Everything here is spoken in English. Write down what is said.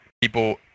people